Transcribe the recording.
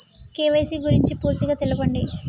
KYC గురించి పూర్తిగా తెలపండి?